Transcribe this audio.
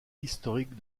historique